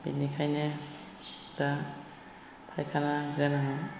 बेनिखायनो दा फाइखाना गोनांआव